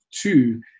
two